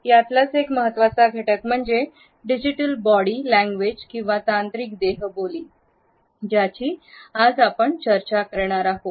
यातलाच एक महत्त्वाचा घटक म्हणजे डिजिटल बॉडी लैंग्वेज किंवा तांत्रिक देहबोली ज्याची आज आपण चर्चा करणार आहोत